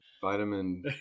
Vitamin